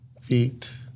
feet